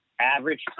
Average